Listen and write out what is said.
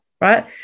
right